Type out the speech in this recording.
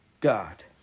God